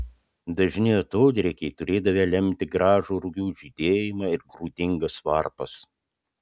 dažni atodrėkiai turėdavę lemti gražų rugių žydėjimą ir grūdingas varpas